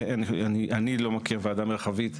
אני לא מכיר ועדה מרחבית,